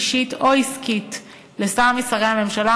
אישית או עסקית לשר משרי הממשלה,